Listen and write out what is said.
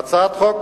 בהצעת החוק